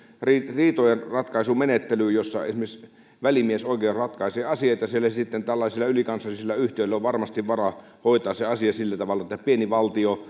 riitojenratkaisumenettelyyn jossa esimerkiksi välimiesoikeus ratkaisee asiat niin siellä sitten tällaisilla ylikansallisilla yhtiöillä on varmasti varaa hoitaa se asia sillä tavalla että pieni valtio